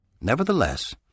Nevertheless